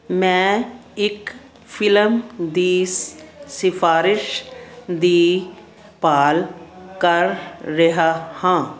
ਮੈਂ ਇੱਕ ਫਿਲਮ ਦੀ ਸਿਫਾਰਸ਼ ਦੀ ਭਾਲ ਕਰ ਰਿਹਾ ਹਾਂ